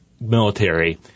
military